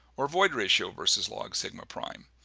or void ratio versus log-sigma-prime.